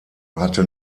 hatte